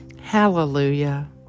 Hallelujah